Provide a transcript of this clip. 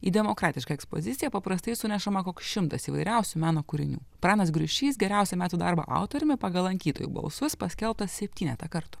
į demokratišką ekspoziciją paprastai sunešama koks šimtas įvairiausių meno kūrinių pranas griušys geriausio metų darbo autoriumi pagal lankytojų balsus paskelbtas septynetą kartų